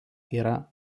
yra